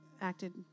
acted